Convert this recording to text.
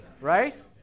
right